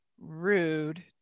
rude